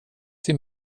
till